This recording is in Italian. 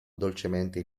dolcemente